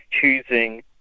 choosing